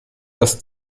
das